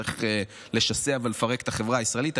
צריך לשסע ולפרק את החברה הישראלית.